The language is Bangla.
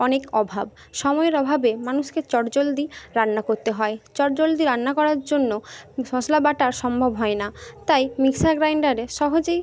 অনেক অভাব সময়ের অভাবে মানুষকে চটজলদি রান্না করতে হয় চটজলদি রান্না করার জন্য মশলা বাটা সম্ভব হয় না তাই মিক্সার গ্রাইন্ডারে সহজেই